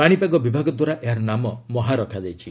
ପାଣିପାଗ ବିଭାଗ ଦ୍ୱାରା ଏହାର ନାମ 'ମହା' ରଖାଯାଇଛି